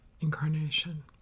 incarnation